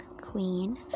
queen